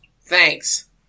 Thanks